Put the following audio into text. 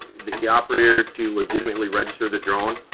the operator to legitimately register the drone